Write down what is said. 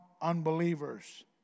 unbelievers